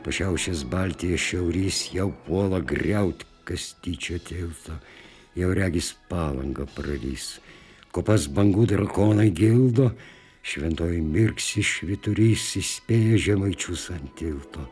pašiaušęs baltiją šiaurys jau puola griaut kastyčio tiltą jau regis palangą praris kopas bangų drakonai gildo šventojoj mirksi švyturys įspėja žemaičius ant tilto